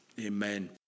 Amen